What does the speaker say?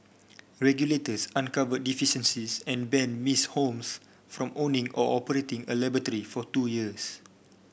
regulators uncovered deficiencies and banned Miss Holmes from owning or operating a laboratory for two years